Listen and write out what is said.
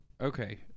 Okay